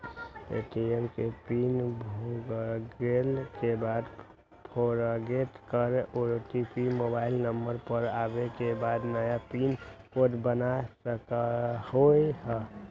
ATM के pin भुलागेल के बाद फोरगेट कर ओ.टी.पी मोबाइल नंबर पर आवे के बाद नया पिन कोड बना सकलहु ह?